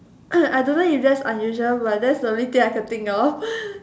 I don't know if that's unusual but that's the only thing I could think of